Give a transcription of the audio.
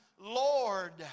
Lord